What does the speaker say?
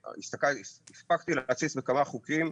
הספקתי להציץ בכמה חוקים.